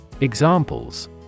Examples